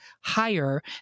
higher